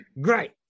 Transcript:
Great